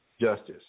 justice